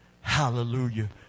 Hallelujah